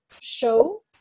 show